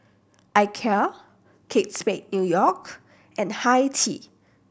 Ikea Kate Spade New York and Hi Tea